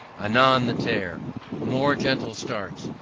anon the tear more gentle starts,